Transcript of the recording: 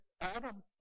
Adam